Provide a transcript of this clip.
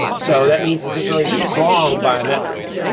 so that means it's a very strong biometric.